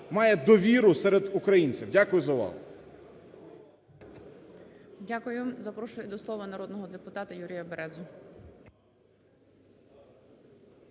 має довіру серед українців. Дякую за увагу.